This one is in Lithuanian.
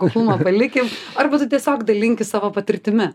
kuklumą palikim arba tu tiesiog dalinkis savo patirtimi